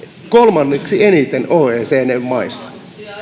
kolmanneksi eniten oecdn maista